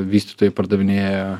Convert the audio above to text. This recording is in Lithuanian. vystytojai pardavinėja